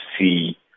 see